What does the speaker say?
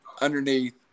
underneath